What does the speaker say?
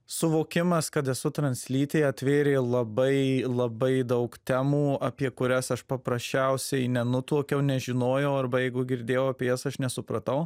suvokimas kad esu translytė atvėrė labai labai daug temų apie kurias aš paprasčiausiai nenutuokiau nežinojau arba jeigu girdėjau apie jas aš nesupratau